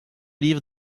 livres